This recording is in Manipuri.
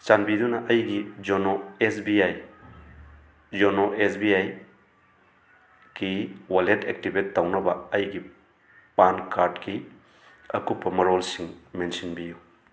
ꯆꯥꯟꯕꯤꯗꯨꯅ ꯑꯩꯒꯤ YONO S B I YONO S B I ꯀꯤ ꯋꯥꯂꯦꯠ ꯑꯦꯛꯇꯤꯚꯦꯠ ꯇꯧꯅꯕ ꯑꯩꯒꯤ ꯄꯥꯟ ꯀꯥꯔꯗ ꯀꯤ ꯑꯀꯨꯞꯄ ꯃꯔꯣꯜꯁꯤꯡ ꯃꯦꯟꯁꯤꯟꯕꯤꯌꯨ